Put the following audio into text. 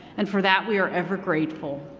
and for that we are ever grateful.